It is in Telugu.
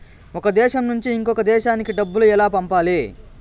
ఒక దేశం నుంచి ఇంకొక దేశానికి డబ్బులు ఎలా పంపాలి?